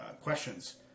questions